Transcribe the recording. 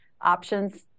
options